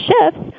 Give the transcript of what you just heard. shifts